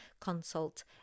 consult